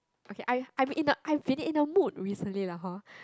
okay I I be in a I've be in a mood recently lah hor